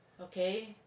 okay